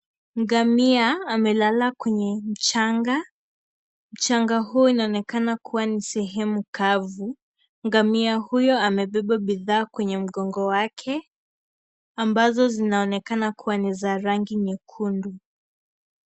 Ngamia amelala kwenye mchanga. Mchanga huo unaonekana kuwa ni sehemu kavu. Ngamia huyo amebeba bidhaa kwenye mgongo wake ambazo zinaonekana kuwa ni za rangi nyekundu.